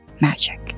magic